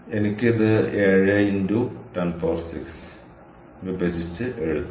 എനിക്ക് ഇത് 7x 106 വിഭജിച്ച് എഴുതാം